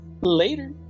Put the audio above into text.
Later